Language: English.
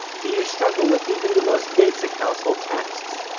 do you struggle with even the most basic household tasks?